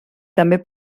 també